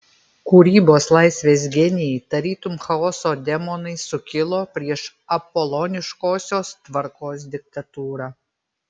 kūrybos laisvės genijai tarytum chaoso demonai sukilo prieš apoloniškosios tvarkos diktatūrą